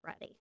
ready